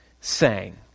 sang